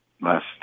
last